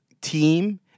team